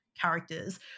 characters